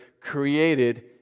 created